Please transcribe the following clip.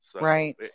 Right